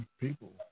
People